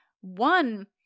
One